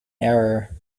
error